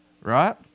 right